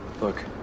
Look